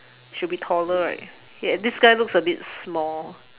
should be taller right ya this guy looks a bit small